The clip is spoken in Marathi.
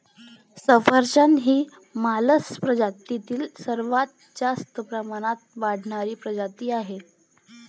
सफरचंद ही मालस प्रजातीतील सर्वात जास्त प्रमाणात वाढणारी प्रजाती आहे